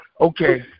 Okay